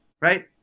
Right